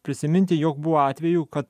prisiminti jog buvo atvejų kad